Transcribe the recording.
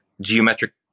geometric